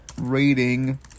rating